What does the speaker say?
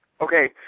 Okay